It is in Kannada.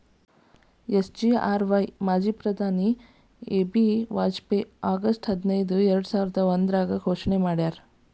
ಎಸ್.ಜಿ.ಆರ್.ವಾಯ್ ಮಾಜಿ ಪ್ರಧಾನಿ ಎ.ಬಿ ವಾಜಪೇಯಿ ಆಗಸ್ಟ್ ಹದಿನೈದು ಎರ್ಡಸಾವಿರದ ಒಂದ್ರಾಗ ಘೋಷಣೆ ಮಾಡ್ಯಾರ